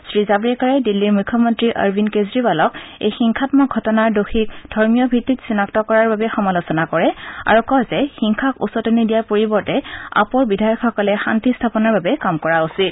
শ্ৰীজাভড়েকাৰে দিল্লীৰ মুখ্য মন্ত্ৰী অৰৱিন্দ কেজৰিৱালক এই হিংসাম্মক ঘটনাৰ দোষীক ধৰ্মীয় ভিত্তিত চিনাক্ত কৰাৰ বাবে সমালোচনা কৰে আৰু কয় যে হিংসাক উচতনি দিয়াৰ পৰিৱৰ্তে আপৰ বিধায়কসকলে শান্তি স্থাপনৰ কাম কৰা উচিত